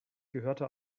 gehörte